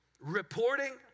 reporting